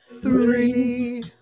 Three